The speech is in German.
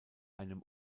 einem